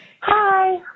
hi